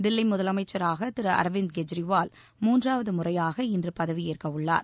தில்லி முதலமைச்சராக திரு அர்விந்த் கெஜ்ரிவால் மூன்றாவது முறையாக இன்று பதவியேற்க உள்ளார்